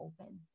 open